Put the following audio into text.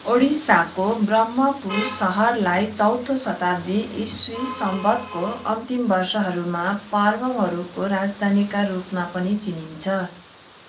ओडिसाको ब्रह्मपुर सहरलाई चौथो शताब्दी इस्वी संवतको अन्तिम वर्षहरूमा पारवहरूको राजधानीका रूपमा पनि चिनिन्छ